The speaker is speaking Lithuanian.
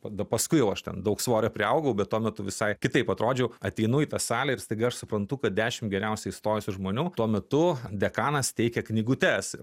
tada paskui jau aš ten daug svorio priaugau bet tuo metu visai kitaip atrodžiau ateinu į tą salę ir staiga aš suprantu kad dešimt geriausiai įstojusių žmonių tuo metu dekanas teikia knygutes